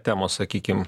temos sakykim